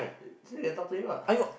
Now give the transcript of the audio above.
still can talk to him [what]